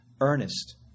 earnest